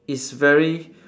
it's very